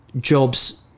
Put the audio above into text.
jobs